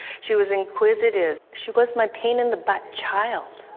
she was inquisitive. she was my pain in the butt child.